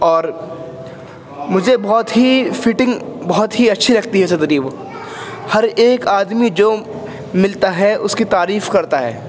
اور مجھے بہت ہی فٹنگ بہت ہی اچھی لگتی ہے صدری وہ ہر ایک آدمی جو ملتا ہے اس کی تعریف کرتا ہے